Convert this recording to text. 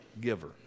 giver